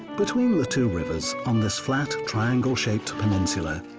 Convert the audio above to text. between the two rivers, on this flat, triangle shaped peninsula,